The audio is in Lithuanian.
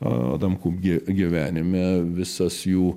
adamkų gi gyvenime visas jų